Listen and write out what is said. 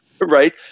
right